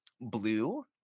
blue